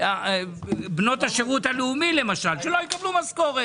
בנות השירות הלאומי למשל, שלא יקבלו משכורת.